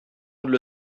monde